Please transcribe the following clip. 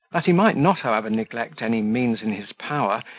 that he might not, however, neglect any means in his power,